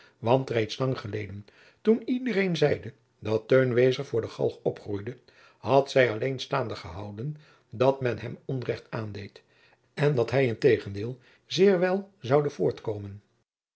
want reeds lang geleden toen iedereen zeide dat teun wezer voor de galg opgroeide had zij alleen staande gehouden dat men hem onrecht aandeed en dat hij integendeel zeer wel zoude voortkomen